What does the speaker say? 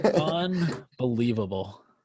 Unbelievable